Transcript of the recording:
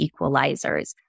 equalizers